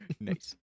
Nice